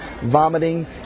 vomiting